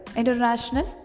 International